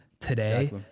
today